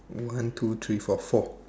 one two three four four